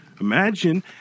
Imagine